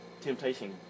Temptation